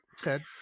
Ted